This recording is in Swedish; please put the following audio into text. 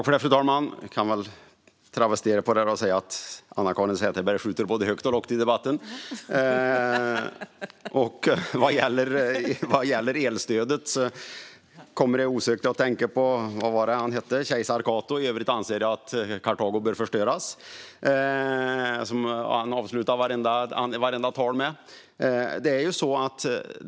Fru talman! Jag kan väl travestera det och säga att Anna-Caren Sätherberg skjuter både högt och lågt i debatten. Vad gäller elstödet kommer jag osökt att tänka på Cato och "För övrigt anser jag att Karthago bör förstöras", som han avslutade vartenda tal med.